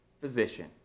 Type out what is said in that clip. physician